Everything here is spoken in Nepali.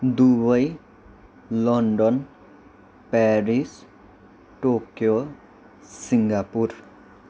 Dubai London Paris Tokyo Singapore